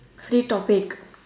free topic